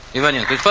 ivanenko.